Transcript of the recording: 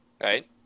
right